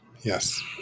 Yes